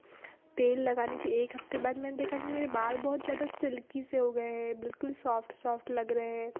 तेल लगाने के एक हफ़्ते बाद मैंने देखा मेरे बाल बहुत ज़्यादा सिल्की से हो गए हैं बिलकुल सॉफ़्ट सॉफ़्ट लग रहे हैं